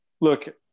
Look